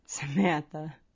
Samantha